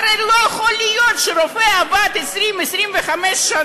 הרי לא יכול להיות שרופא עבד 25-20 שנה,